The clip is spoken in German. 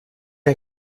ein